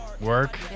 Work